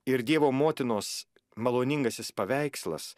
ir dievo motinos maloningasis paveikslas